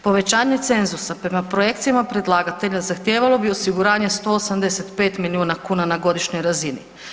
Povećanje cenzusa prema projekcijama predlagatelja zahtijevalo bi osiguranje 185 milijuna kuna na godišnjoj razini.